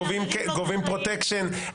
גובים פרוטקשן.